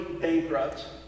bankrupt